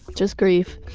just grief.